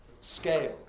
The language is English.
scale